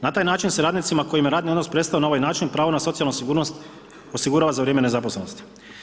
Na taj način se radnicima kojima je radni odnos prestao na ovaj način pravo na socijalnu sigurnost osigurava za vrijeme nezaposlenosti.